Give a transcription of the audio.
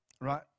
right